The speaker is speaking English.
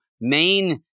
main